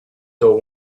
till